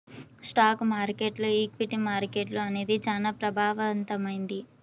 stock మార్కెట్టులో equity మార్కెట్టు అనేది చానా ప్రభావవంతమైంది